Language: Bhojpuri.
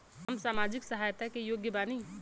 हम सामाजिक सहायता के योग्य बानी?